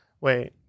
Wait